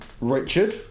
Richard